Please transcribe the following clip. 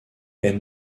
est